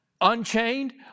unchained